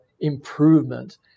improvement